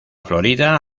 florida